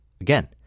again